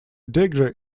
degree